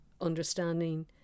understanding